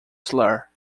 slur